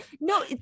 No